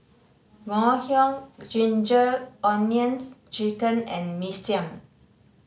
Ngoh Hiang Ginger Onions Chicken and Mee Siam